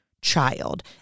child